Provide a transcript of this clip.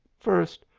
first,